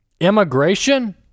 immigration